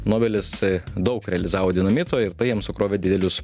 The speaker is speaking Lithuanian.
nobelis daug realizavo dinamito ir tai jam sukrovė didelius